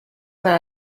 para